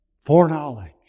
Foreknowledge